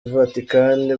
vatikani